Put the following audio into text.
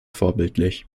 vorbildlich